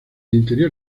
interior